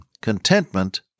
Contentment